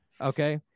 okay